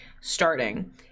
starting